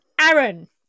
Aaron